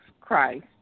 Christ